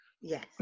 Yes